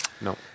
No